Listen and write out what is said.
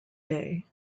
day